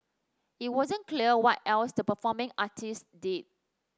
it wasn't clear what else the performing artists did